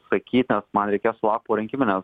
sakyt nes man reikės sulaukt porinkiminio